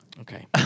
Okay